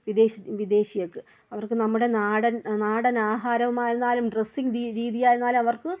വിദേശി വിദേശികൾക്ക് അവർക്ക് നമ്മുടെ നാടൻ നാടൻ ആഹാരമായിരുന്നാലും ഡ്രെസ്സിംഗ് രീതി രീതിയായിരുന്നാലും അവർക്ക്